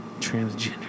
Transgender